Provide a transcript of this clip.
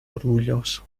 orgulloso